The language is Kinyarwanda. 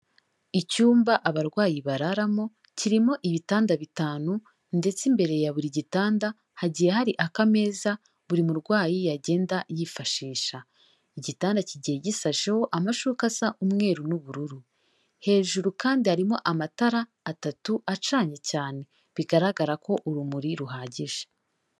Icyumba abarwayi bararamo, kirimo ibitanda bitanu, ndetse imbere ya buri gitanda hagiye hari akameza buri murwayi yagenda yifashisha. Igitanda kigiye gishasheho amashuka asa umweru n'ubururu. Hejuru kandi harimo amatara atatu acanye cyane, bigaragara ko urumuri ruhagije.